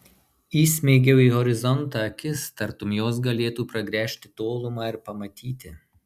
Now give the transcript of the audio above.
įsmeigiau į horizontą akis tartum jos galėtų pragręžti tolumą ir pamatyti